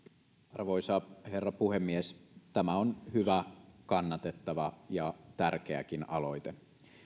arvoisa herra puhemies tämä on hyvä kannatettava ja tärkeäkin aloite